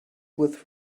with